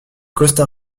costa